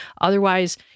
Otherwise